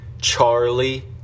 Charlie